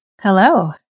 Hello